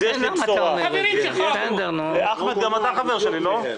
לא, בסדר.